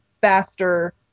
faster